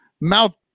mouth